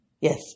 Yes